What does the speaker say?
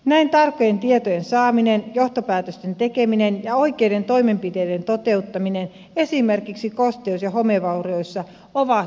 näin tarkkojen tietojen saaminen johtopäätösten tekeminen ja oikeiden toimenpiteiden toteuttaminen esimerkiksi kosteus ja homevaurioissa ovat vaihdelleet